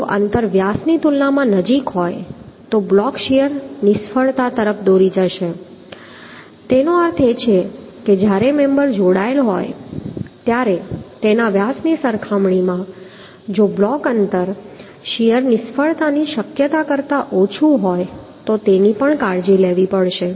જો અંતર વ્યાસની તુલનામાં નજીક હોય તો બ્લોક શીયર નિષ્ફળતા તરફ દોરી જશે તેનો અર્થ એ છે કે જ્યારે મેમ્બર જોડાયેલ હોય ત્યારે તેના વ્યાસની સરખામણીમાં જો અંતર બ્લોક શીયર નિષ્ફળતાની શક્યતા કરતાં ઓછું હોય તો તેની પણ કાળજી લેવી પડશે